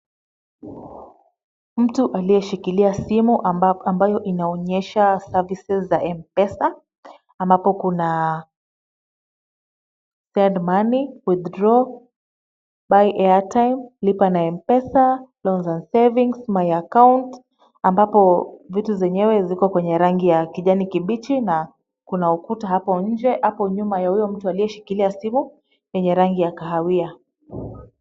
Mtu aliyeshikilia simu ambayo inaonyesha services za M-Pesa ambapo kuna send money, withdraw, buy airtime , lipa na M-Pesa, loans and savings, my account , ambapo vitu zenyewe viko kwenye rangi ya kijani kibichi na kuna ukuta hapo nje, hapo nyuma ya huyo mtu aliyeshikilia simu yenye rangi ya kahawia.